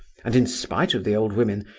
and, in spite of the old women,